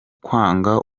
kwanga